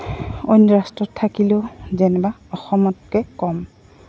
অন্য ৰাষ্ট্ৰত থাকিলেও যেনিবা অসমতকৈ কম